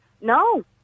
No